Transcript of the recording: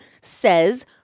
says